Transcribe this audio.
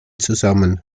zusammen